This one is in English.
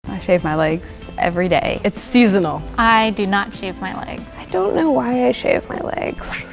i shave my legs everyday. it's seasonal. i do not shave my legs. i don't know why i shave my legs.